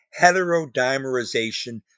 heterodimerization